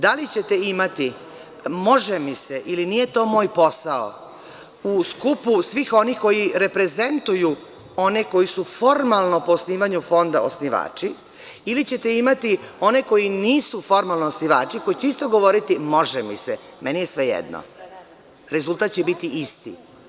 Da li ćete imati može mi se ili nije to moj posao u skupu svih onih koji reprezentuju one koji su formalno po osnivanju Fonda osnivači ili ćete imati one koji nisu formalno osnivači koji će isto govoriti – može mi se, meni je sve jedno, rezultat će biti isti.